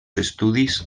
estudis